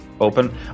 open